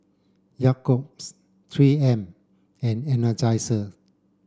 Jacob's three M and Energizer